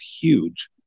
huge